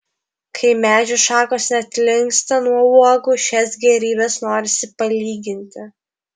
kai medžių šakos net linksta nuo uogų šias gėrybes norisi palyginti